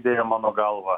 idėja mano galva